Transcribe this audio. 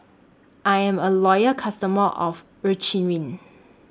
I'm A Loyal customer of Eucerin